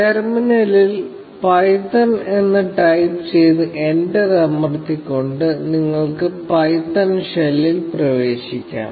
ടെർമിനലിൽ പൈത്തൺ എന്ന് ടൈപ്പ് ചെയ്ത് എന്റർ അമർത്തിക്കൊണ്ട് നിങ്ങൾക്ക് പൈത്തൺ ഷെല്ലിൽ പ്രവേശിക്കാം